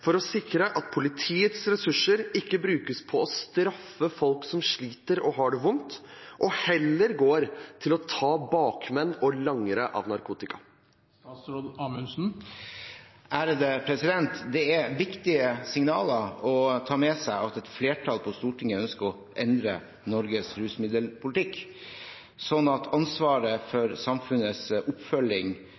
for hjelp. Hva vil statsråden gjøre for å sikre at politiets ressurser ikke brukes på å straffe rusmisbrukere som sliter, men heller går til å ta bakmenn og langere?» Det er viktige signal å ta med seg at et flertall på Stortinget ønsker å endre Norges rusmiddelpolitikk sånn at ansvaret for samfunnets oppfølging